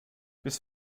bis